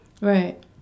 Right